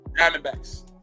Diamondbacks